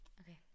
okay